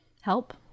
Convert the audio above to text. help